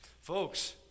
Folks